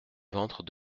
ventre